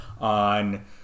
on